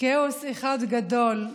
כאוס אחד גדול,